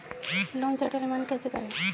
Loan settlement कैसे करें?